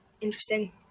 Interesting